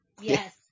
yes